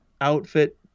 outfit